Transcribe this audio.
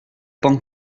pan